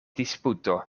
disputo